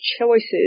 choices